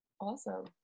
Awesome